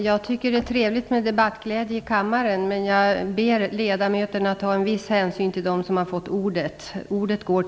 Jag tycker att det är trevligt med debattglädje i kammaren, men jag ber ledamöterna ta en viss hänsyn till dem som har fått ordet.